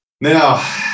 Now